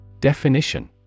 Definition